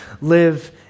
live